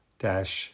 dash